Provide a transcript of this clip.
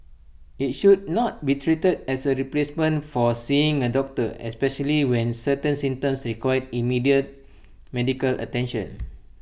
IT should not be treated as A replacement for seeing A doctor especially when certain symptoms require immediate medical attention